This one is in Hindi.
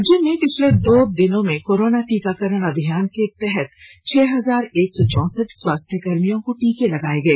राज्य में पिछले दो दिनों में कोरोना टीकाकरण अभियान के तहत छह हजार एक सौ चौसठ स्वास्थ्यकर्मियों को टीके लगाए गए